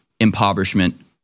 impoverishment